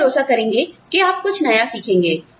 हम भरोसा करेंगे कि आप कुछ नया सीखेंगे